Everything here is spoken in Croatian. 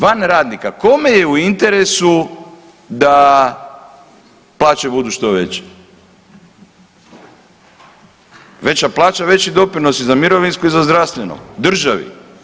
Van radnika kome je u interesu da plaće budu što veće, veća plaća veći doprinosi za mirovinsko i za zdravstveno državi.